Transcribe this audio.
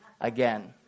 again